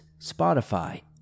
Spotify